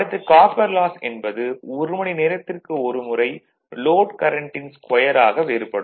அடுத்து copper loss என்பது ஒரு மணி நேரத்திற்கு ஒரு முறை லோட் கரண்டின் ஸ்கொயராக வேறுபடும்